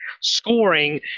scoring